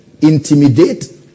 intimidate